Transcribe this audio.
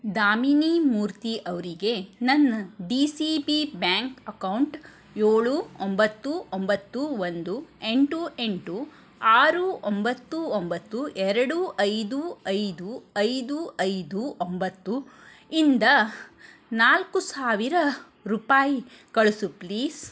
ದಾಮಿನಿ ಮೂರ್ತಿ ಅವರಿಗೆ ನನ್ನ D C P bank account ಏಳು ಒಂಬತ್ತು ಒಂಬತ್ತು ಒಂದು ಎಂಟು ಎಂಟು ಆರು ಒಂಬತ್ತು ಒಂಬತ್ತು ಎರಡು ಐದು ಐದು ಐದು ಐದು ಒಂಬತ್ತು ಇಂದ ನಾಲ್ಕು ಸಾವಿರ ರೂಪಾಯಿ ಕಳಿಸು ಪ್ಲೀಸ್